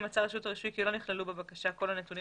מצאה רשות הרישוי כי לא נכללו בבקשה כל הנתונים